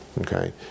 Okay